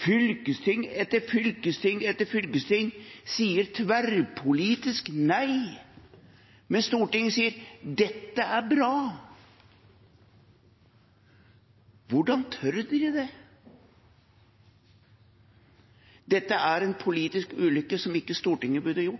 Fylkesting etter fylkesting etter fylkesting sier tverrpolitisk nei, mens Stortinget sier at dette er bra. Hvordan tør dere det? Dette er en politisk ulykke som ikke Stortinget burde